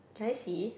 can I see